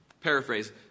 paraphrase